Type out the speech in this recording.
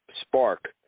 spark